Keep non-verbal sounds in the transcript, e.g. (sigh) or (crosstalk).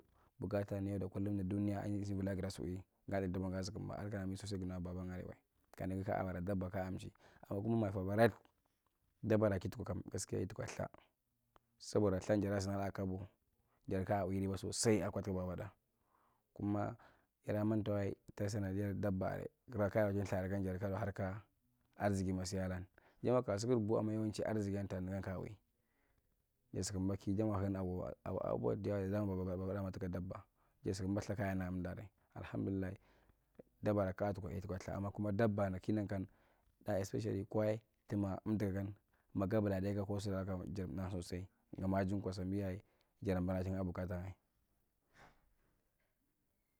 Bukatan duniya yauda kullum ahenya fisabillayi kuda giddasi we ga gidi dabban ga sikimba adi miso ganuwa ka baban aray wae ka nigi kaabara dabba kaamchi ama kuma nwy fobariat dabbara kitukwa kam gaskiyaa itikwa ltha soboda lthan jadaasinaa’laa kabo jadi kaa wi riba sosai akwa timba wada kuma tadaamantawae tasandia dabba arae giraa kaarochin ltha aray gira harkaa arzigima siyaa’lan jamwa kasukur buhu ama yawonchin arzigian ta nigan kawi jasukumba ki jama (unintelligible) babatdana tuka dabba ja sukumba ltha kagaka’mdulaa aray alahamdullia dabbara kaatukwa itiwa ltha ama kuma dabbara kinu kan daa especialli kwa, tima, emtukgan maakwa buladeka ko sula jadam’na sosai gumaa jing kwa sambia ye jada banachin bukaatangae.